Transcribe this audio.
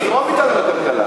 זרום אתנו לכלכלה.